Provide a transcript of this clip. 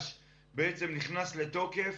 החדש נכנס לתוקף.